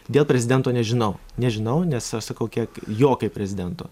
dėl prezidento nežinau nežinau nes aš sakau kiek jo kaip prezidento